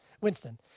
Winston